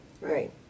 right